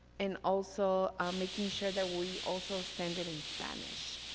and also making sure that we also send it in spanish,